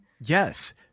Yes